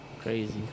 Crazy